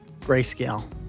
Grayscale